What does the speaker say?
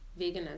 veganism